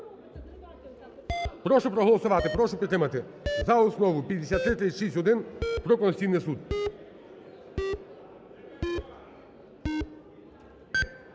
Прошу проголосувати, прошу підтримати за основу 5336-1 про Конституційний Суд.